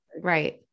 Right